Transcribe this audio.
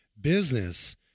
business